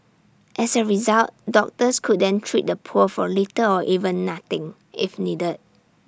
as A result doctors could then treat the poor for little or even nothing if needed